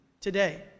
today